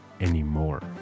Anymore